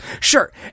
sure